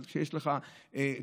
כשיש לך תופעות.